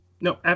no